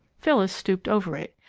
phyllis stooped over it.